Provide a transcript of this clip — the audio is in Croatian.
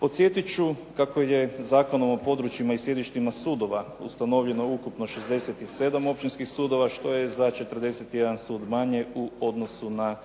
Podsjetit ću kako je Zakonom o područjima i sjedištima sudova ustanovljeno ukupno 67 općinskih sudova što je za 41 sud manje u odnosu na